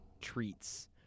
treats